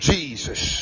Jesus